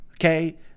okay